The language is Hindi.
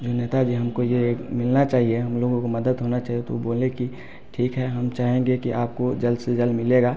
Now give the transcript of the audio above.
जो नेताजी हमको ये मिलना चाहिए हम लोगों को मदद होना चाहिए तो उ बोले कि ठीक है हम चाहेंगे कि आपको जल्द से जल्द मिलेगा